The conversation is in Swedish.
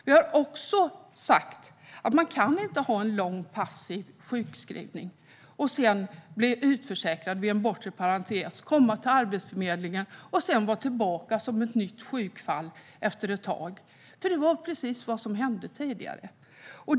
Vi har också sagt att man inte kan ha en lång passiv sjukskrivning, bli utförsäkrad i den bortre parentesen och sedan komma till Arbetsförmedlingen och på nytt bli ett sjukfall efter ett tag. Det var ju precis detta som hände tidigare.